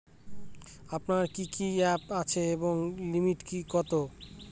আপনাদের কি কি অ্যাপ আছে এবং লিমিট কত?